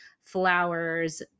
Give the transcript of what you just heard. flowers